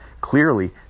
clearly